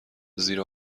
زیر